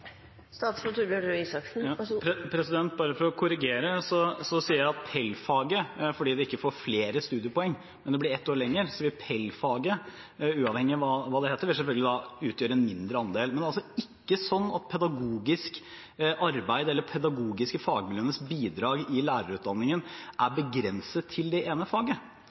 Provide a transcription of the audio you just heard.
Bare for å korrigere: Jeg sier at PEL-faget – uavhengig av hva det heter – fordi det ikke får flere studiepoeng, men det blir ett år lenger, selvfølgelig vil utgjøre en mindre andel, men ikke sånn at pedagogisk arbeid eller de pedagogiske fagmiljøenes bidrag i lærerutdanningen er begrenset til det ene faget.